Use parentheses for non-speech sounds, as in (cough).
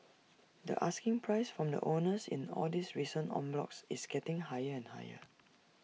(noise) the asking price from the owners in all these recent en blocs is getting higher and higher